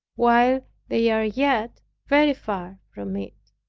while they are yet very far from it!